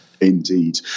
Indeed